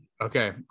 okay